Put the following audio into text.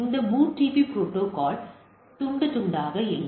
இந்த BOOTP protocol துண்டு துண்டாக இல்லை